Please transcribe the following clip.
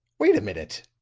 wait a minute,